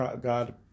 God